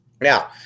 Now